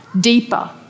deeper